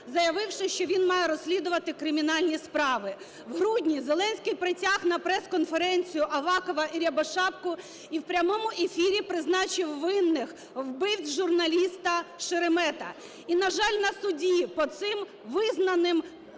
заявивши, що він має розслідувати кримінальні справи. В грудні Зеленський притяг на прес-конференцію Авакова і Рябошапку і в прямому ефірі призначив винних, вбивць журналіста Шеремета. І, на жаль, на суді по цим визнаним Президентом